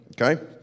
Okay